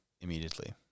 immediately